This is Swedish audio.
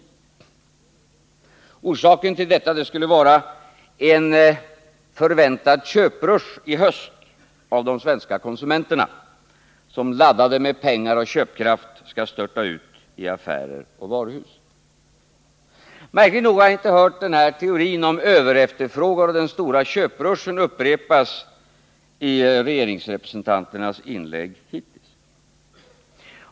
Bakgrunden till den bedömningen skulle vara en förväntad köprusch i höst från de svenska konsumenterna, som laddade med köpkraft skall störta ut i affärer och varuhus. Märkligt nog har jag inte hört denna teori om överefterfrågan och om den stora köpruschen upprepas i regeringsrepresentanternas inlägg hittills.